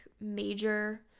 major